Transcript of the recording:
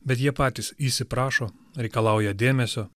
bet jie patys įsiprašo reikalauja dėmesio